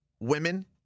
women